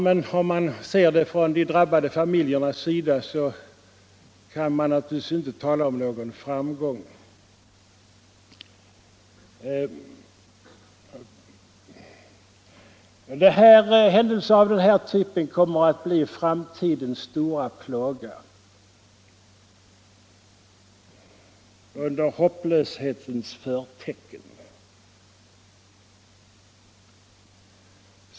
Men ser man det från de drabbade familjernas sida kan man inte tala om någon framgång. Händelser av den här typen kommer att bli framtidens stora plåga under hopplöshetens förtecken.